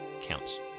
counts